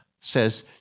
says